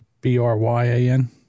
b-r-y-a-n